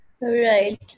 Right